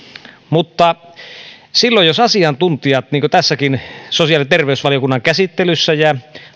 mutta asiantuntijat niin kuin tässäkin sosiaali ja terveysvaliokunnan käsittelyssä ja